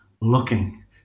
looking